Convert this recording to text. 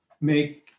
make